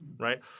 right